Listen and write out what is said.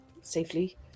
safely